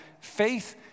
faith